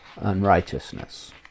unrighteousness